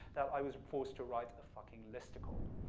that i was forced to write a fuckingalistical.